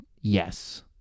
Yes